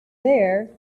there